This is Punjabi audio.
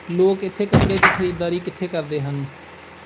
ਲੋਕ ਇੱਥੇ ਕੱਪੜੇ ਦੀ ਖਰੀਦਦਾਰੀ ਕਿੱਥੇ ਕਰਦੇ ਹਨ